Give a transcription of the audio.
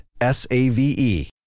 S-A-V-E